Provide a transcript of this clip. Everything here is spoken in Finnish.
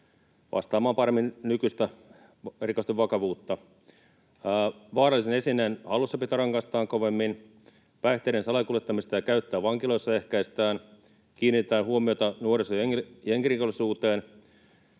vastaamaan paremmin nykyistä rikosten vakavuutta. Vaarallisen esineen hallussapidosta rangaistaan kovemmin, päihteiden salakuljettamista ja käyttöä vankiloissa ehkäistään, kiinnitetään huomiota nuorison jengirikollisuuteen